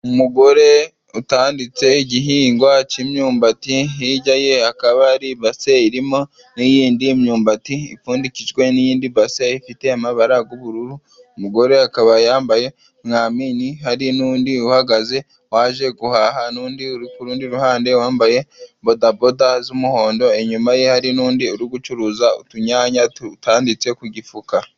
Imugore utanditse igihingwa cy'imyumbati, hirya ye hakaba hari ibase irimo n'iyindi myumbati, ipfundikijwe n'iyindi base, ifite amabara g'ubururu, umugore akaba yambaye mwamini, hari n'undi uhagaze waje guhaha, n'undi uri k'urundi ruhande wambaye bodaboda z'umuhondo, inyuma ye hari n'undi uri gucuruza utunyanya dutanditse ku gifuka.